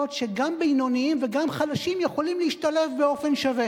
שגם בינוניים וגם חלשים יכולים להשתלב באופן שווה.